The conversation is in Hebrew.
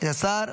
לדיון